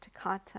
Takata